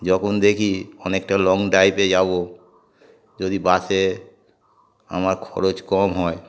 যখন দেখি অনেকটা লং ড্রাইভে যাব যদি বাসে আমার খরচ কম হয়